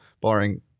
barring